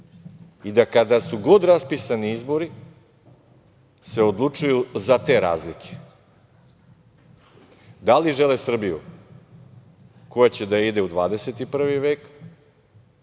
i da kada su god raspisani izbori se odlučuju za te razlike. Da li žele Srbiju koja će da ide u 21. vek,